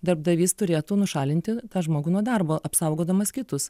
darbdavys turėtų nušalinti tą žmogų nuo darbo apsaugodamas kitus